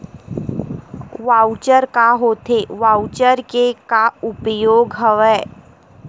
Voucher का होथे voucher के का उपयोग हवय?